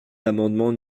l’amendement